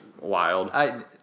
wild